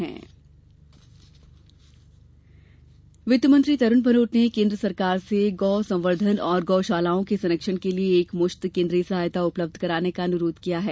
केन्द्रीय सहायता वित्त मंत्री तरूण भनोत ने केन्द्र सरकार से गौ संवर्धन और गौशालाओं के संरक्षण के लिए एक मुश्त केन्द्रीय सहायता उपलब्ध कराने का अनुरोध किया है